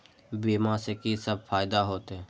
बीमा से की सब फायदा होते?